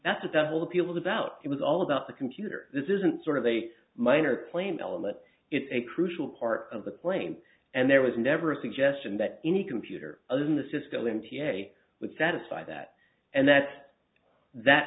that's a double appeals about it was all about the computer this isn't sort of a minor plain element it's a crucial part of the claim and there was never a suggestion that any computer other than the cisco n t a would satisfy that and that that